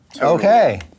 Okay